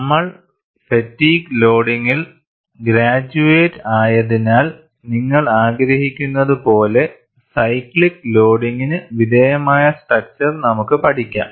നമ്മൾ ഫാറ്റിഗ് ലോഡിഗിൽ ഗ്രേജ്യുവേറ്റഡ് ആയതിനാൽ നിങ്ങൾ ആഗ്രഹിക്കുന്നത് പോലെ സൈക്ലിക്കൽ ലോഡിന് വിധേയമായ സ്ട്രാക്ച്ചർ നമുക്ക് പഠിക്കാം